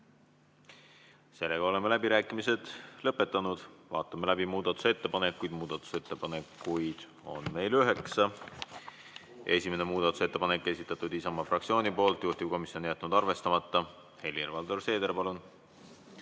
palun! Oleme läbirääkimised lõpetanud. Vaatame läbi muudatusettepanekud. Muudatusettepanekuid on meil üheksa. Esimene muudatusettepanek on esitatud Isamaa fraktsiooni poolt, juhtivkomisjon on jätnud arvestamata. Helir-Valdor Seeder, palun!